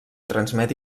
transmet